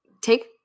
take